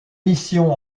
missions